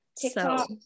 TikTok